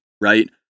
right